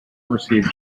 received